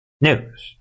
news